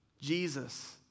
Jesus